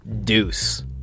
deuce